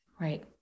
Right